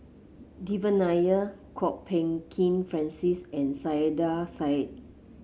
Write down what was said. Devan Nair Kwok Peng Kin Francis and Saiedah Said